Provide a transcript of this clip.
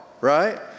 right